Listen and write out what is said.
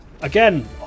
Again